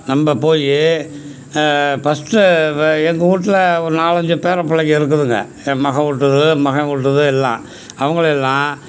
நம்ம போய் பஸ்ட்டு ப எங்கள் வீட்ல ஒரு நாலஞ்சி பேரப் பிள்ளைங்க இருக்குதுங்க என் மகள் ஊட்டுது என் மகன் ஊட்டுது எல்லாம் அவங்களெல்லாம்